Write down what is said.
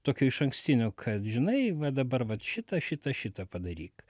tokio išankstinio kad žinai va dabar vat šitą šitą šitą padaryk